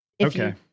Okay